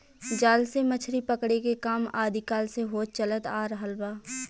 जाल से मछरी पकड़े के काम आदि काल से होत चलत आ रहल बा